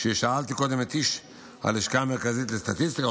כששאלתי קודם את איש הלשכה המרכזית לסטטיסטיקה,